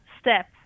step